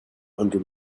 under